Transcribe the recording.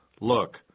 Look